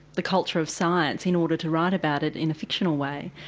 the culture of science, in order to write about it in a fictional way.